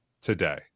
today